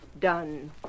done